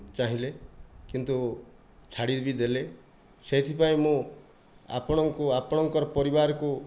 ଚାହିଁଲେ କିନ୍ତୁ ଛାଡ଼ିବି ଦେଲେ ସେଥିପାଇଁ ମୁଁ ଆପଣଙ୍କୁ ଆପଣଙ୍କର ପରିବାରକୁ